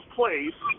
place